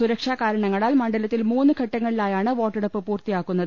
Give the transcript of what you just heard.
സുരക്ഷാകാരണങ്ങളാൽ മണ്ഡലത്തിൽ മൂന്നു ഘട്ട ങ്ങളിലായാണ് വോട്ടെടുപ്പ് പൂർത്തിയാക്കുന്നത്